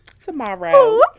tomorrow